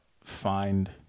Find